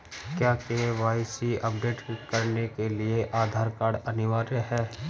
क्या KYC update करने के लिए आधार कार्ड अनिवार्य है?